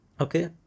Okay